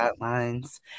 guidelines